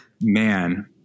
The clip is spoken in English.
man